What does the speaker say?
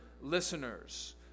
listeners